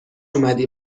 اومدی